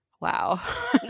Wow